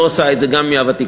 לא עושה את זה גם מהוותיקן,